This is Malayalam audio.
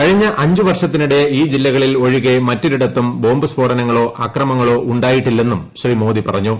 കഴിഞ്ഞ അഞ്ചുവർഷത്തിനിടെ ഈ ജില്ലകളിൽ ഒഴികെ മറ്റൊരിടത്തും ബോംബ് സ്ഫോടനങ്ങളോ ആക്രമണങ്ങളോ ഉണ്ടായിട്ടില്ലെന്നും ശ്രീ മോദി പറഞ്ഞു